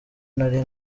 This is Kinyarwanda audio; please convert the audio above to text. nari